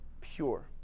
pure